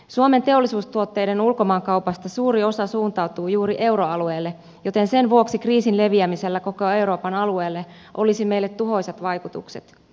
suomen teollisuustuotteiden ulkomaankaupasta suuri osa suuntautuu juuri euroalueelle joten sen vuoksi kriisin leviämisellä koko euroopan alueelle olisi meille tuhoisat vaikutukset